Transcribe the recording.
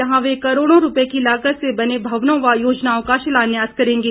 जहां वह करोड़ों रूपए की लागत से बने भवनों व योजनाओं का शिलान्यास करेंगे